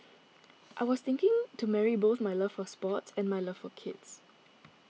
I was thinking to marry both my love for sports and my love for kids